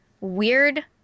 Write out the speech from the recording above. Weird